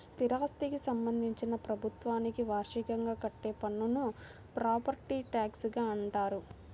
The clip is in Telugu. స్థిరాస్థికి సంబంధించి ప్రభుత్వానికి వార్షికంగా కట్టే పన్నును ప్రాపర్టీ ట్యాక్స్గా అంటారు